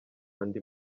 andi